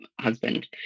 husband